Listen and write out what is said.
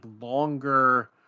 longer